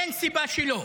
אין סיבה שלא.